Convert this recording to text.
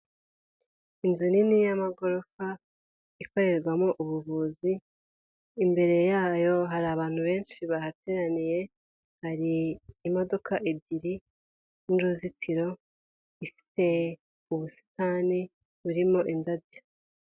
Inzu nini y'amagorofa ikorerwamo ubuvuzi, imbere yayo hari abantu benshi bahateraniye, hari imodoka ebyiri n'uruzitiro ifite ubusitani burimo indabyo.